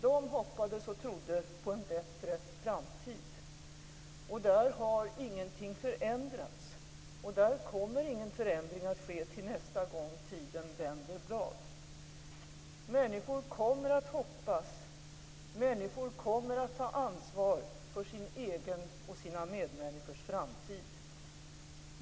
De hoppades och de trodde på en bättre framtid. Där har ingenting förändrats, och där kommer ingen förändring att ske till nästa gång tiden vänder blad. Människor kommer att hoppas, människor kommer att ta ansvar för sin egen och sina medmänniskors framtid.